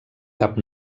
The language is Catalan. cap